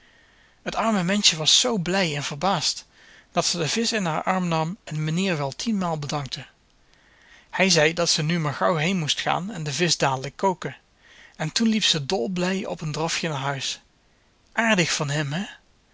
t arme menschje was zoo blij en verbaasd dat ze den visch in haar arm nam en mijnheer wel tienmaal bedankte hij zei dat ze nu maar gauw heen moest gaan en den visch dadelijk koken en toen liep ze dolblij op een drafje naar huis aardig van hem hè